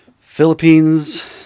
Philippines